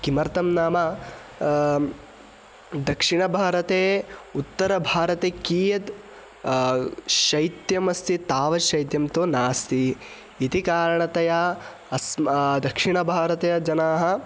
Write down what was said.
किमर्थं नाम दक्षिणभारते उत्तरभारते कियत् शैत्यमस्ति तावत् शैत्यं तु नास्ति इति कारणतया अस्माकं दक्षिणभारतीयजनाः